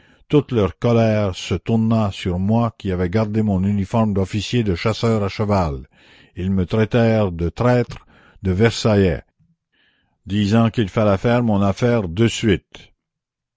toute leur colère se tourna sur moi qui avais gardé mon uniforme d'officier de chasseurs à cheval ils me traitèrent de traître de versaillais disant qu'il fallait me faire mon affaire de suite